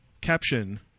caption